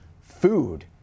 food